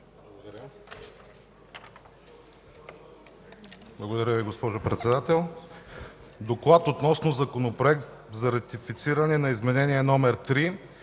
Благодаря, госпожо Председател. „ДОКЛАД Относно Законопроект за ратифициране на Изменение № 3